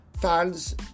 fans